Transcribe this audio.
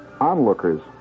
Onlookers